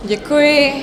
Děkuji.